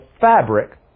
fabric